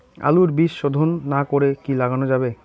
আলুর বীজ শোধন না করে কি লাগানো যাবে?